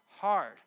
hard